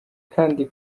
kandi